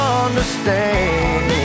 understand